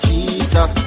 Jesus